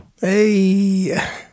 hey